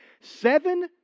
Seven